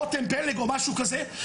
רותם פלג או משהו כזה,